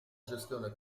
gestione